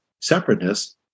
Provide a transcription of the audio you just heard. separateness